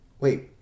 Wait